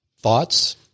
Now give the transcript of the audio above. Thoughts